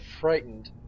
frightened